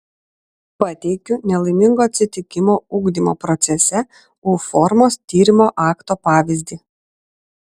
pateikiu nelaimingo atsitikimo ugdymo procese u formos tyrimo akto pavyzdį